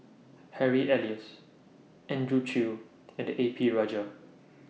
Harry Elias Andrew Chew and A P Rajah